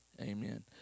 Amen